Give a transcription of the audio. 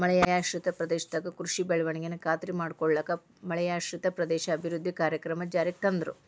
ಮಳೆಯಾಶ್ರಿತ ಪ್ರದೇಶದಾಗ ಕೃಷಿ ಬೆಳವಣಿಗೆನ ಖಾತ್ರಿ ಮಾಡ್ಕೊಳ್ಳಾಕ ಮಳೆಯಾಶ್ರಿತ ಪ್ರದೇಶ ಅಭಿವೃದ್ಧಿ ಕಾರ್ಯಕ್ರಮ ಜಾರಿಗೆ ತಂದ್ರು